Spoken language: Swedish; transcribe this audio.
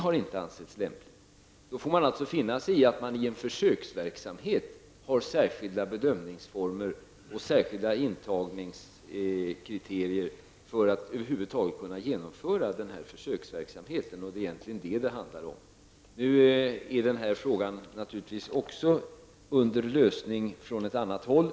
För att försöksverksamheten över huvud taget skall kunna genomföras får man finna sig i att det finns särskilda bedömningsformer och särskilda intagningskriterier. Det är vad det handlar om. Den här frågan är nu också på väg att lösas på ett annat håll.